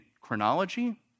chronology